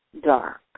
dark